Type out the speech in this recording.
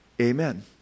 Amen